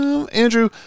Andrew